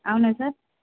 అవునా సార్